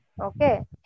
Okay